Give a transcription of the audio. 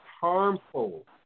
harmful